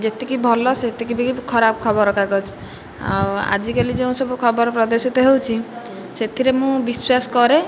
ଯେତିକି ଭଲ ସେତିକି ବି ଖରାପ ଖବରକାଗଜ ଆଉ ଆଜିକାଲି ଯେଉଁ ସବୁ ଖବର ପ୍ରଦୂଷିତ ହେଉଛି ସେଥିରେ ମୁଁ ବିଶ୍ୱାସ କରେ